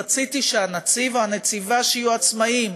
רציתי שהנציב או הנציבה יהיו עצמאים,